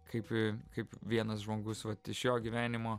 kaip kaip vienas žmogus vat iš jo gyvenimo